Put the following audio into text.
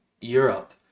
Europe